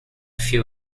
few